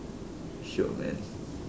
sure man